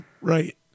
right